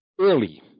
early